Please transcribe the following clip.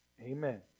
Amen